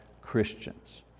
Christians